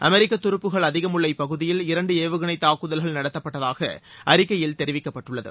அமெரிக்க துருப்புகள் அதிகம் உள்ள இப்பகுதியில் இரண்டு ஏவுகணை தாக்குதல்கள் நடத்தப்பட்டதாக அறிக்கையில் தெரிவிக்கப்பட்டுள்ளது